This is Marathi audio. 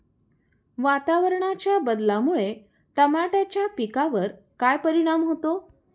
वातावरणाच्या बदलामुळे टमाट्याच्या पिकावर काय परिणाम होतो?